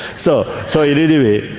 so, so you know anyway,